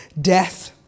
death